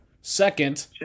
Second